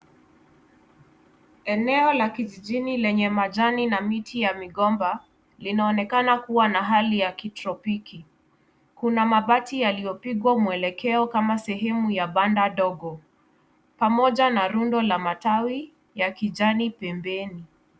Eneo la kijijini lenye majani na miti ya migomba linaonekana kuwa na hali ya kitropiki kuna mabati yaliyopigwa muelekeo kama sehemu ya banda dogo pamoja na rundo la matawi ya kijani pembeni.